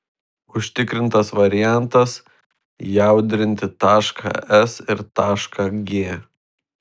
užtikrintas variantas jaudrinti tašką s ir tašką g